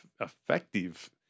effective